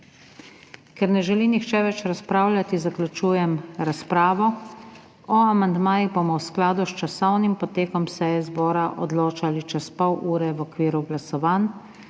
Ker ne želi nihče več razpravljati, zaključujem razpravo. O amandmajih bomo v skladu s časovnim potekom seje zbora odločali čez pol ure v okviru glasovanj.